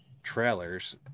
Trailers